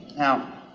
now